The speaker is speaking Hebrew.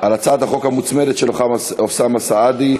על הצעת החוק המוצמדת של אוסאמה סעדי,